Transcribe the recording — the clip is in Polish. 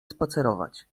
spacerować